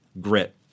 grit